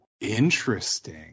Interesting